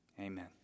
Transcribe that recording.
Amen